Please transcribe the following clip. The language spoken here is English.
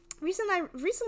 recently